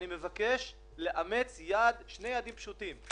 אני מבקש לאמץ שני יעדים פשוטים.